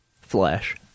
Flash